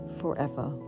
forever